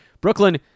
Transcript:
Brooklyn